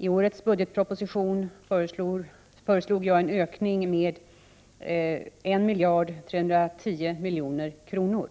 I årets budgetproposition föreslog jag en ökning med 1 310 milj.kr.;